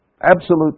absolute